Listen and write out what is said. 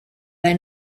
they